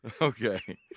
Okay